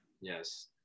Yes